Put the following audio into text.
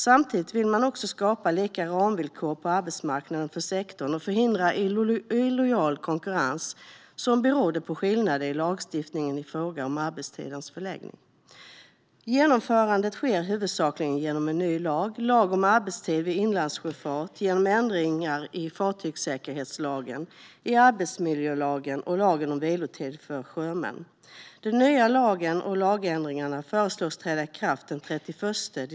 Samtidigt ville man också skapa lika ramvillkor på arbetsmarknaden för sektorn och förhindra illojal konkurrens som berodde på skillnader i lagstiftningen i fråga om arbetstidens förläggning. Genomförandet sker huvudsakligen genom en ny lag, lag om arbetstid vid inlandssjöfart, och genom ändringar i fartygssäkerhetslagen, arbetsmiljölagen och lagen om vilotid för sjömän. Den nya lagen och lagändringarna föreslås träda i kraft den 31 december 2016.